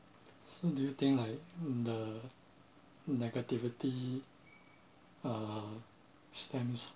so do you think like the negativity uh stems